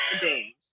games